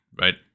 right